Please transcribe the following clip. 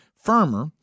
firmer